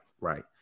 right